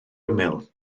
ymyl